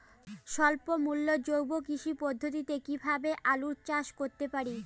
স্বল্প মূল্যে জৈব কৃষি পদ্ধতিতে কীভাবে আলুর চাষ করতে পারি?